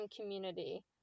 community